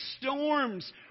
storms